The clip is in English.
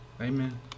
Amen